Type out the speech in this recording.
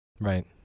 Right